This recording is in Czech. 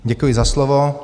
Děkuji za slovo.